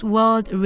World